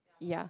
ya